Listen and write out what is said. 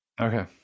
okay